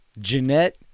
Jeanette